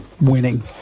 winning